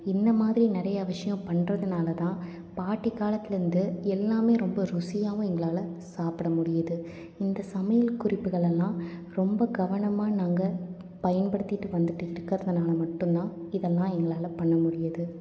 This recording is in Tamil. இந்தமாதிரி நிறையா விஷயம் பண்றதுனால்தான் பாட்டி காலத்துலேருந்து எல்லாமே ரொம்ப ருசியாகவும் எங்களால் சாப்பிட முடியுது இந்த சமையல் குறிப்புகள்லாம் ரொம்ப கவனமாக நாங்கள் பயன்படுத்திட்டு வந்துட்டு இருக்கறதுனால் மட்டுந்தான் இதெல்லாம் எங்களால் பண்ணமுடியுது